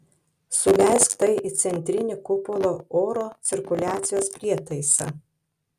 suleisk tai į centrinį kupolo oro cirkuliacijos prietaisą